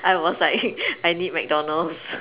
I was like I need McDonalds